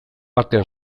batean